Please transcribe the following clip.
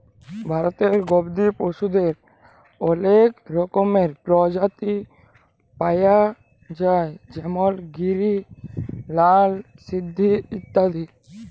ভারতে গবাদি পশুদের অলেক রকমের প্রজাতি পায়া যায় যেমল গিরি, লাল সিন্ধি ইত্যাদি